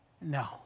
No